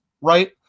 Right